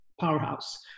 powerhouse